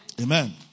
Amen